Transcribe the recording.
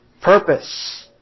Purpose